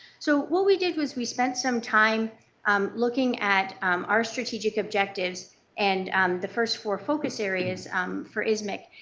so what we did was we spent some time um looking at our strategic objectives and the first four focus areas for ismicc.